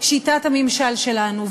שיטת הממשל שלנו.